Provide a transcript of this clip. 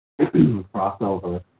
crossover